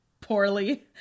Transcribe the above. Poorly